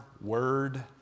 word